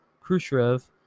Khrushchev